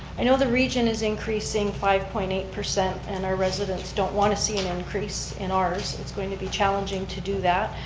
i know the region is increasing five point eight and our residents don't want to see an increase in ours, it's going to be challenging to do that.